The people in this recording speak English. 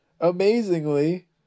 amazingly